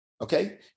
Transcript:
okay